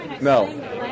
No